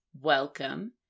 welcome